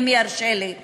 אם ירשה לי היושב-ראש.